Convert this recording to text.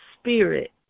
spirit